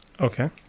Okay